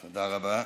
תודה רבה.